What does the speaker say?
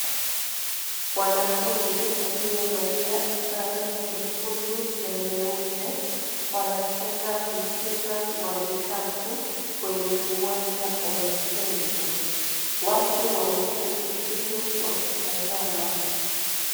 Wanafunzi waliovalia sare nyekundu na nyeupe, wanacheza mpira wa vikapu, kwenye uwanja wa michezo. Watu wameketi chini wakitazama.